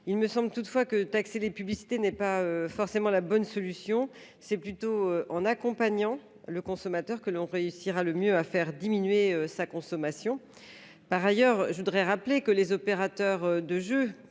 Il me semble toutefois que taxer les publicités n'est pas la bonne solution. C'est plutôt en accompagnant ces personnes que l'on réussira le mieux à faire diminuer leur consommation. Par ailleurs, les opérateurs de jeux